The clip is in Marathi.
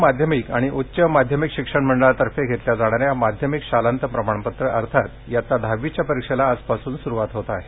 परीक्षा राज्य माध्यमिक आणि उच्च माध्यमिक शिक्षण मंडळातर्फे घेतल्या जाणाऱ्या माध्यमिक शालांत प्रमाणपत्र अर्थात इयत्ता दहावीच्या परीक्षेला आजपासून सुरुवात होत आहे